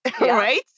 right